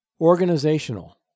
Organizational